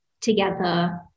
together